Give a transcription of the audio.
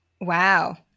Wow